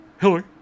Hillary